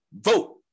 vote